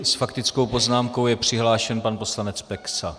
S faktickou poznámkou je přihlášen pan poslanec Peksa.